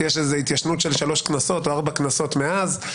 יש לזה התיישנות של שלוש או ארבע כנסות מאז.